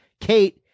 Kate